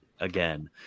again